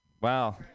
Wow